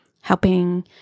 helping